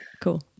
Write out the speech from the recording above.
Cool